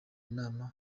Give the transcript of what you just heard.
inama